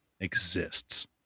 exists